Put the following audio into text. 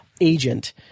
agent